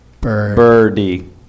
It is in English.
Birdie